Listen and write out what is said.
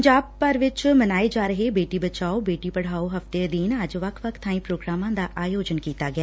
ਪੰਜਾਬ ਭਰ ਵਿਚ ਮਨਾਏ ਜਾ ਰਹੇ ਬੇਟੀ ਬਚਾਓ ਬੇਟੀ ਪੜਾਓ ਹਫ਼ਤੇ ਅਧੀਨ ਅੱਜ ਵੱਖ ਵੱਖ ਬਾਈਂ ਪ੍ਰੋਗਰਾਮਾਂ ਦਾ ਆਯੋਜਨ ਕੀਤਾ ਗਿਆ